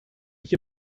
ich